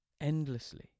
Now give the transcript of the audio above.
endlessly